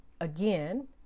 again